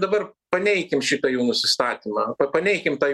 dabar paneikim šitą jų nusistatymą paneikim tą